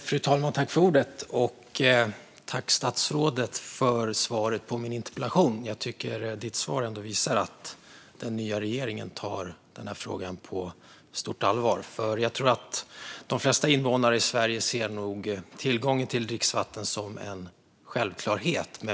Fru talman! Jag tackar statsrådet för svaret på min interpellation. Jag tycker att svaret visar att regeringen tar frågan på stort allvar. Jag tror att de flesta invånare i Sverige ser tillgång till dricksvatten som en självklarhet.